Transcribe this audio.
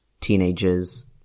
teenagers